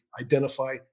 identify